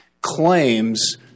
claims